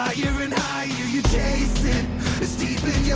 ah you you chase it it's deep